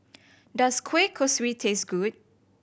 does kueh kosui taste good